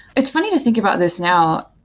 it's funny to think about this now,